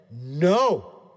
no